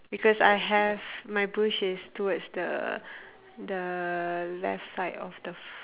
because I have my bush is towards the the left side of the